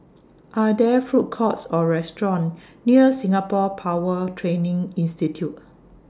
Are There Food Courts Or restaurants near Singapore Power Training Institute